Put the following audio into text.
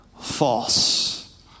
false